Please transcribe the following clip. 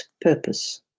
purpose